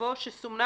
יבוא "שסומנה